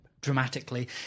dramatically